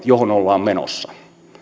johon ollaan menossa